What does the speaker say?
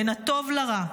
בין הטוב לרע,